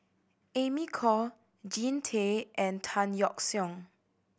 Amy Khor Jean Tay and Tan Yeok Seong